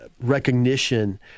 recognition